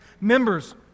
members